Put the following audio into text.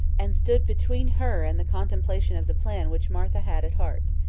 and stood between her and the contemplation of the plan which martha had at heart.